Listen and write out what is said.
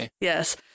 Yes